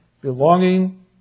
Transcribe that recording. belonging